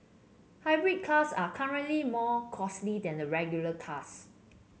hybrid cars are currently more costly than the regular cars